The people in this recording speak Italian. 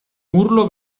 urlo